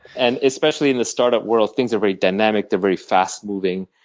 and especially in the startup world, things are very dynamic, they're very fast moving.